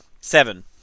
Seven